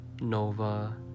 Nova